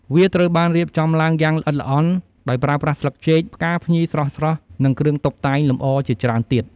វាត្រូវបានរៀបចំឡើងយ៉ាងល្អិតល្អន់ ដោយប្រើប្រាស់ស្លឹកចេក ផ្កាភ្ញីស្រស់ៗ និងគ្រឿងតុបតែងលម្អជាច្រើនទៀត។